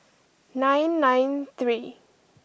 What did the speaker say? nine nine three